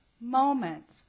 moments